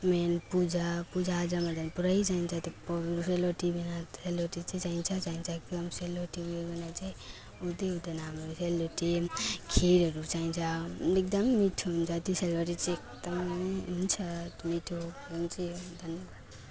main पूजा पूजाआजामा झन् पुरै चाहिन्छ त्यो पाउ सेलरोटी बिना सेलरोटी चाहिँ चाहिन्छ चाहिन्छ एकदम सेलरोटी उयो गर्ने चाहिँ हुँदै हुँदैन हाम्रो यो सेलरोटी खिरहरू चाहिन्छ एकदमै मिठो हुन्छ त्यो सेलरोटी चाहिँ एकदमै हुन्छ मिठो हुनु चाहिँ यो धन्यवाद